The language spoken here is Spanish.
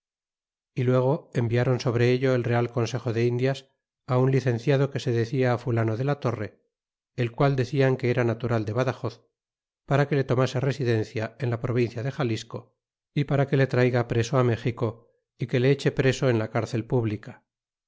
y luego enviáron sobre ello el real consejo de indias á un licenciado que se decia fulano de la torre el qual decian que era natural de badajoz para que le tomase residencia en la provincia de xalisco y para que le traiga preso á méxico y que le eche preso en la cárcel pública